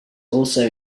also